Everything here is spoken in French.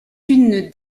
une